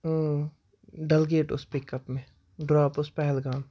اۭں ڈلگیٹ اوس pick up مےٚ drop اوس پہلگام